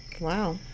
Wow